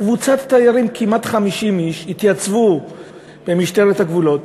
קבוצת תיירים, כמעט 50 איש התייצבו במשטרת הגבולות